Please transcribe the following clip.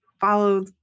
follow